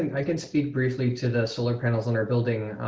and i can speak briefly to the solar panels on our building.